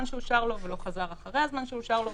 שאושר לו ולא חזר אחרי הזמן שאושר לו,